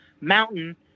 mountain